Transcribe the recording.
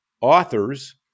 authors